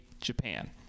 Japan